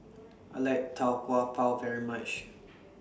I like Tau Kwa Pau very much